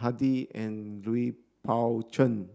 Hadi and Lui Pao Chuen